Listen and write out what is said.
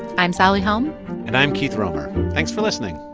i'm sally helm and i'm keith romer. thanks for listening